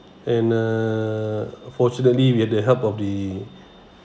and uh fortunately we had the help of the